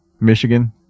Michigan